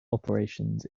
operations